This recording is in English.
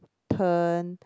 turn